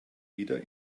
wieder